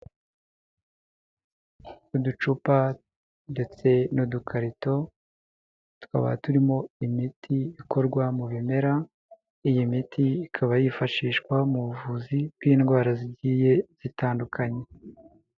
Uducupa ndetse n'udukarito, tukaba turimo imiti ikorwa mu bimera, iyi miti ikaba yifashishwa mu buvuzi bw'indwara zigiye zitandukanye.